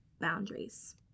boundaries